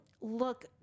look